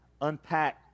unpack